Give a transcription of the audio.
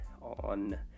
on